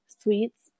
sweets